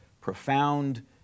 profound